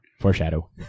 Foreshadow